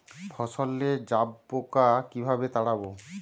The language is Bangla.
ফসলে জাবপোকা কিভাবে তাড়াব?